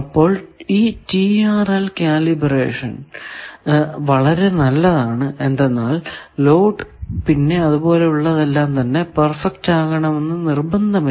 അപ്പോൾ ഈ TRL calibration വളരെ നല്ലതാണ് എന്തെന്നാൽ ലോഡ് പിന്നെ അതുപോലെ ഉള്ളതെല്ലാം തന്നെ പെർഫെക്റ്റ് ആകണമെന്ന് നിര്ബന്ധമില്ല